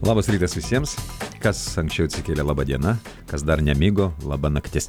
labas rytas visiems kas anksčiau atsikelia laba diena kas dar nemigo laba naktis